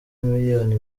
miliyoni